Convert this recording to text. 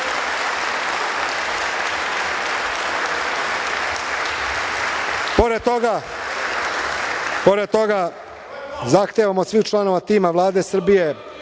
toga, zahtevam od svih članova tima Vlade Srbije